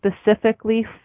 specifically